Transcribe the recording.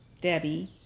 Debbie